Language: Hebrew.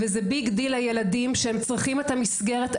וזה ביג דיל לילדים שהם צריכים את המסגרת.